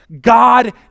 God